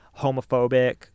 homophobic